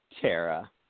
Tara